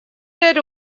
net